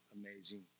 amazing